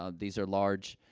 ah these are large,